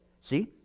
See